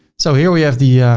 so here we have the,